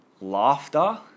laughter